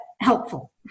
helpful